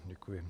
Děkuji.